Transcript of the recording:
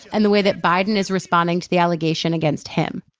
and the way that biden is responding to the allegation against him.